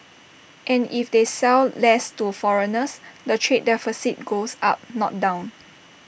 and if they sell less to foreigners the trade deficit goes up not down